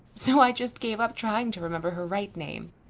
so i just gave up trying to remember her right name.